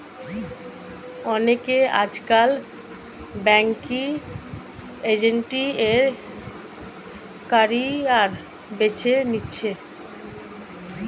অনেকে আজকাল banking agent এর ক্যারিয়ার বেছে নিচ্ছে